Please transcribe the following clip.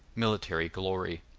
military glory.